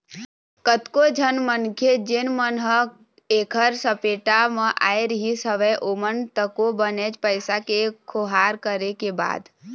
कतको झन मनखे जेन मन ह ऐखर सपेटा म आय रिहिस हवय ओमन तको बनेच पइसा के खोहार करे के बाद